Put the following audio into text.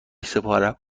سپارم